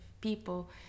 people